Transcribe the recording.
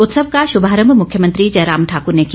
उत्सव का शुभारंभ मुख्यमंत्री जयराम ठाकुर ने किया